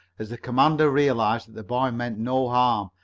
as the commander realized that the boy meant no harm.